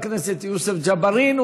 חבר הכנסת יוסף ג'בארין,